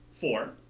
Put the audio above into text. four